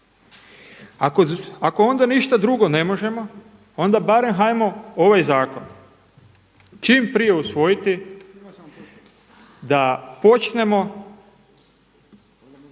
Ako onda ništa drugo ne možemo onda barem hajmo ovaj zakon čim prije usvojiti da počnemo